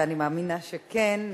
ואני מאמינה שכן,